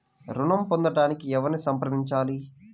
ఋణం పొందటానికి ఎవరిని సంప్రదించాలి?